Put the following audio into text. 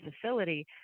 facility